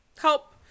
help